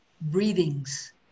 breathings